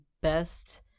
best